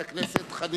חבר הכנסת חיים אורון,